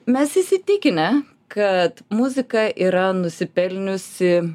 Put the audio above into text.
mes įsitikinę kad muzika yra nusipelniusi